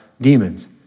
demons